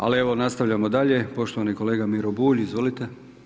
Ali evo nastavljamo dalje, poštovani kolega Miro Bulj, izvolite.